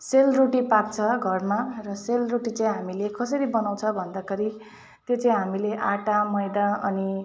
सेलरोटी पाक्छ घरमा र सेलरोटी चाहिँ हामीले कसरी बनाउँछ भन्दाखेरि त्यो चाहिँ हामीले आँटा मैदा अनि